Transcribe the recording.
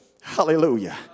Hallelujah